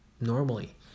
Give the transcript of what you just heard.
normally